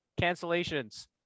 cancellations